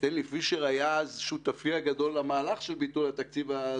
סטנלי פישר היה אז שותפי הגדול למהלך של ביטול זה.